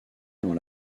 dans